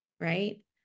right